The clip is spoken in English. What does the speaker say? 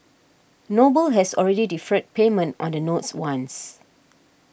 Noble has already deferred payment on the notes once